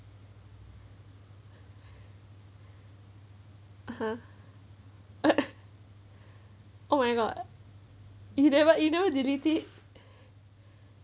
uh !huh! oh my god you never you never you never delete it